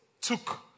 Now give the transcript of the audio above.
took